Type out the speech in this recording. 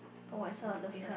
oh I saw a love one